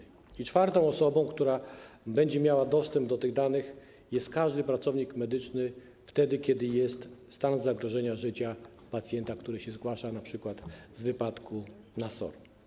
I czwartą osobą, która będzie miała dostęp do tych danych, jest każdy pracownik medyczny - wtedy kiedy jest stan zagrożenia życia pacjenta, który się zgłasza, np. z wypadku, na SOR.